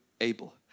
able